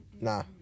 Nah